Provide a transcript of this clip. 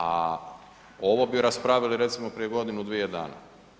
A ovo bi raspravili recimo prije godinu-dvije dana.